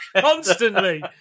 Constantly